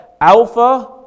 Alpha